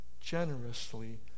Generously